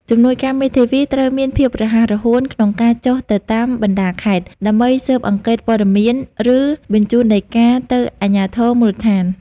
ជំនួយការមេធាវីត្រូវមានភាពរហ័សរហួនក្នុងការចុះទៅតាមបណ្តាខេត្ត ដើម្បីស៊ើបអង្កេតព័ត៌មាន ឬបញ្ជូនដីកាទៅអាជ្ញាធរមូលដ្ឋាន។